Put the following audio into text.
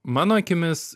mano akimis